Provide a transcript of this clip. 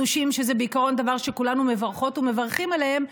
שזה בעיקרון דבר שכולנו מברכות ומברכים עליו,